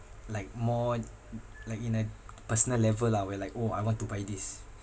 like more like in a personal level lah where like orh I want to buy this